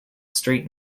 street